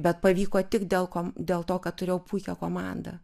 bet pavyko tik dėl kom dėl to kad turėjau puikią komandą